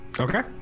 Okay